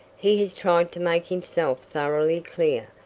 he has tried to make himself thoroughly clear,